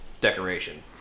decoration